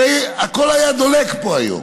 הרי הכול היה דולק פה היום.